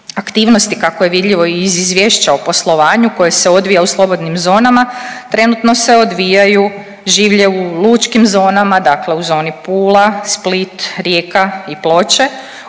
Aktivnosti kako je vidljivo i iz Izvješća o poslovanju koje se odvija u slobodnim zonama trenutno se odvijaju življe u lučkim zonama, dakle u zoni Pula, Split, Rijeka i Ploče